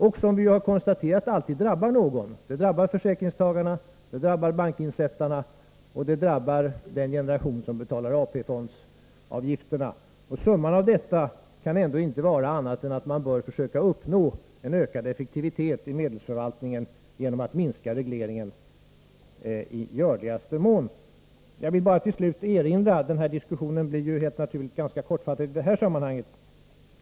Vi har också konstaterat att dessa alltid drabbar någon; de drabbar försäkringstagarna, bankspararna och den generation som betalar ATP-avgifterna. Summan av detta kan ändå inte vara annat än att man i görligaste mån bör försöka uppnå en ökad effektivitet i medelsförvaltningen genom färre regleringar. Diskussionen om dessa frågor blir naturligtvis ganska kortfattad i det här sammanhanget.